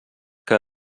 que